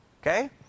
Okay